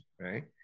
right